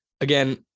again